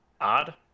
odd